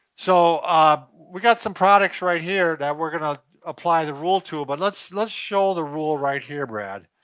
so we got some products right here that we're going to apply the rule to, but let's let's show the rule right here, brad.